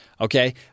Okay